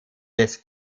des